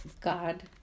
God